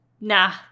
nah